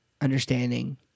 understanding